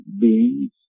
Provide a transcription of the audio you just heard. beings